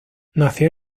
nació